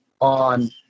on